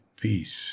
peace